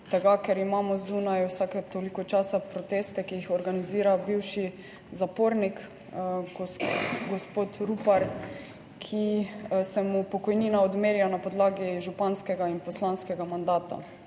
ker imamo zunaj vsake toliko časa proteste, ki jih organizira bivši zapornik, gospod Rupar, ki se mu pokojnina odmerja na podlagi županskega in poslanskega mandata.